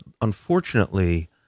unfortunately